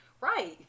Right